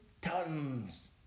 tons